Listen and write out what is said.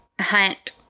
hunt